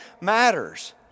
matters